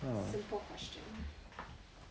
simple question